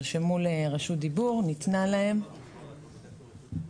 נרשמו וניתנה להם רשות הדיבור.